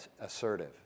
assertive